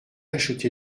acheté